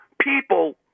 people